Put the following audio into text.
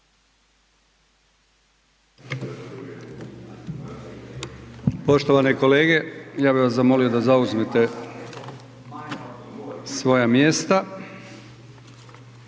Poštovane kolege, ja bih vas zamolio da zauzmete svoja mjesta.